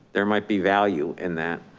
there might be value in that.